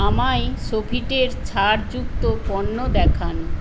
আমায় সোফিটের ছাড়যুক্ত পণ্য দেখান